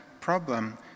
problem